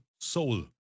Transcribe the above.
Soul